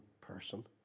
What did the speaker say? person